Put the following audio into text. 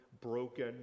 broken